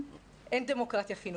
אין דמוקרטיה חינוכית,